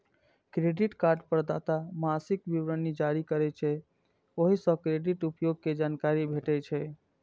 credit card प्रदाता मासिक विवरण जारी करै छै, ओइ सं क्रेडिट उपयोग के जानकारी भेटै छै